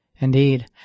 Indeed